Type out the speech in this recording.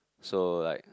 so like